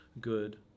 good